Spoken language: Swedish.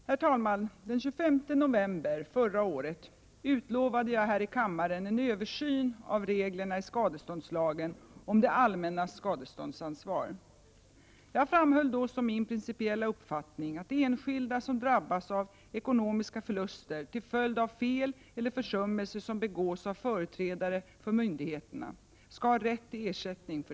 Herr talman! Den 25 november förra året utlovade jag här i kammaren en översyn av reglerna i skadeståndslagen om det allmännas skadeståndsansvar. Jag framhöll då som min principiella uppfattning att enskilda som drabbas av ekonomiska förluster till följd av fel eller försummelse som begås av företrädare för myndigheter skall ha rätt till ersättning.